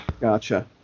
Gotcha